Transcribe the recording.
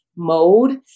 mode